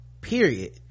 period